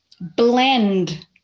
blend